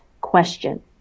question